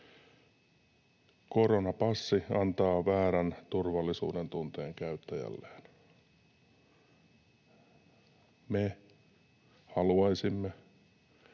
Koronapassi antaa väärän turvallisuuden tunteen käyttäjälleen. Me haluaisimme,